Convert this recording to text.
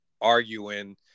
arguing